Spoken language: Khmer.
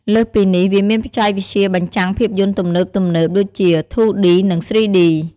លើសពីនេះ វាមានបច្ចេកវិទ្យាបញ្ចាំងភាពយន្តទំនើបៗដូចជា ធូឌី (2D) និង ស្រ៊ីឌី (3D)។